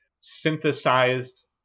synthesized